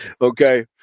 Okay